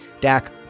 Dak